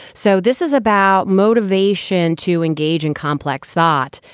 so this is about motivation to engage in complex thought,